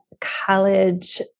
college